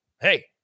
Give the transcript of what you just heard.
hey